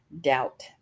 doubt